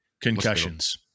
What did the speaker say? Concussions